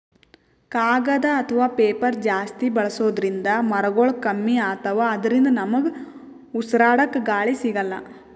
ಕಾಗದ್ ಅಥವಾ ಪೇಪರ್ ಜಾಸ್ತಿ ಬಳಸೋದ್ರಿಂದ್ ಮರಗೊಳ್ ಕಮ್ಮಿ ಅತವ್ ಅದ್ರಿನ್ದ ನಮ್ಗ್ ಉಸ್ರಾಡ್ಕ ಗಾಳಿ ಸಿಗಲ್ಲ್